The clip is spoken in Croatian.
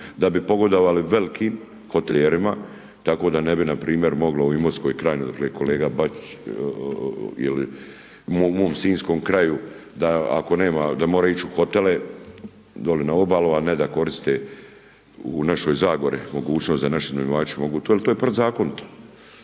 da bi pogodovali velikim hotelijerima, tako da ne bi npr. moglo u Imotskoj krajini, odakle je kolega Bačić ili u mom Sinjskom kraju da ako nema, da mora ići u hotele dolje na obalu a ne da koriste u našoj Zagori mogućnost da naši iznajmljivači mogu, to je protuzakonito.